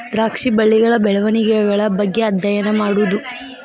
ದ್ರಾಕ್ಷಿ ಬಳ್ಳಿಗಳ ಬೆಳೆವಣಿಗೆಗಳ ಬಗ್ಗೆ ಅದ್ಯಯನಾ ಮಾಡುದು